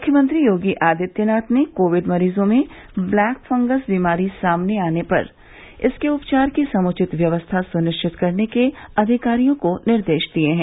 मुख्यमंत्री योगी आदित्यनाथ ने कोविड मरीजों में ब्लैक फंगस बीमारी सामने आने पर इसके उपचार की समुचित व्यवस्था सुनिश्चित करने के अधिकारियों को निर्देश दिये हैं